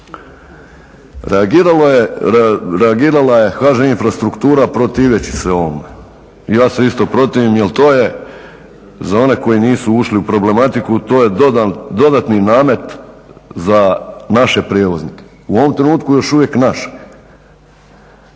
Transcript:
Reagirala je HŽ Infrastruktura protiveći se ovome. Ja se isto protivim jel to je za one koji nisu ušli u problematiku to je dodatni namet za naše prijevoznike. U ovom trenutku još uvijek je naš.